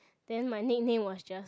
then my nickname was just